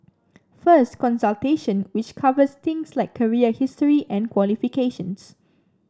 first consultation which covers things like career history and qualifications